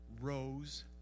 rose